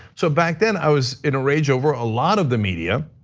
so back then i was in a rage over a lot of the media.